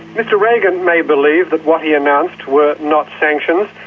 mr reagan may believe that what he announced were not sanctions,